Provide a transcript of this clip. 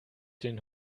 den